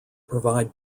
provide